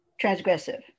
transgressive